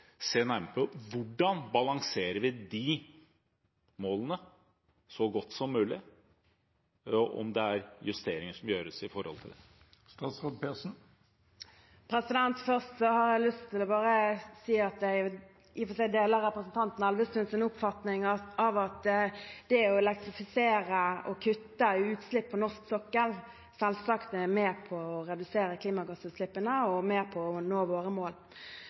se nærmere på hvordan vi balanserer de målene så godt som mulig, og om det må gjøres justeringer i den forbindelse? Først har jeg bare lyst til å si at jeg i og for seg deler representanten Elvestuens oppfatning av at det å elektrifisere og kutte utslipp på norsk sokkel selvsagt er med på å redusere klimagassutslippene og på å nå våre mål.